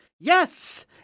Yes